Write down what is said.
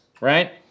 right